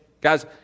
guys